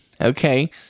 Okay